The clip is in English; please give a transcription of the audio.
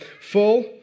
full